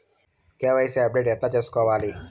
KYC update ఎట్లా సేసుకోవాలి?